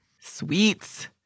Sweets